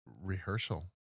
rehearsal